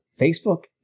Facebook